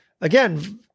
again